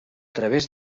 través